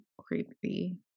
creepy